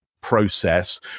process